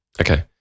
Okay